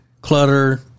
clutter